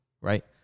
right